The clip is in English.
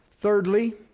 Thirdly